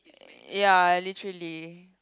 ya literally